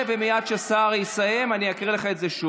אני מבקש לא להפריע לשר